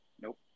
Nope